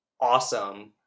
awesome